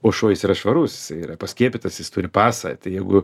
o šuo jis yra švarus jisai yra paskiepytas jis turi pasą tai jeigu